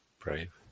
brave